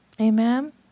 Amen